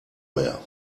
mehr